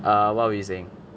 err what were we saying